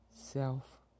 Self